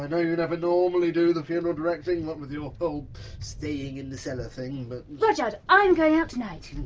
i know you never normally do the funeral directing, what with your whole staying in the cellar thing, but rudyard. i'm going out tonight.